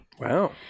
Wow